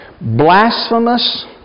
blasphemous